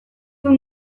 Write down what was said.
dut